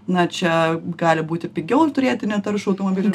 na čia gali būti pigiau turėti netaršų automobilį